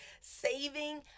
saving